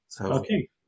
Okay